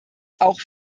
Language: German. auch